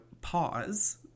pause